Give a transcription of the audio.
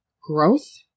growth